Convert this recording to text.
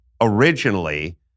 originally